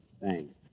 Thanks